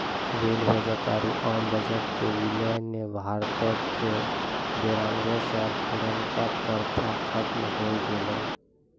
rail budget आरु आम budget के विलय ने भारतो के बेरानवे साल पुरानका प्रथा खत्म होय गेलै